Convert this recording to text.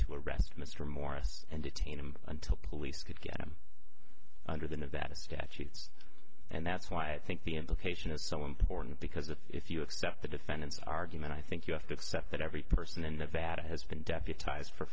to arrest mr morris and detain him until police could get him under the nevada statutes and that's why i think the implication is so important because if you accept the defendant's argument i think you have to accept that every person in that that has been deputized for